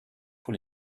pour